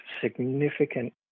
significant